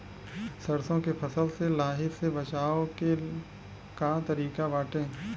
सरसो के फसल से लाही से बचाव के का तरीका बाटे?